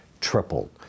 tripled